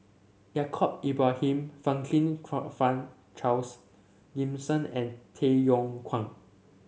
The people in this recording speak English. Yaacob Ibrahim Franklin Charles Gimson and Tay Yong Kwang